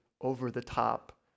over-the-top